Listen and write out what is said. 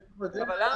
בסדר.